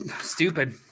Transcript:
stupid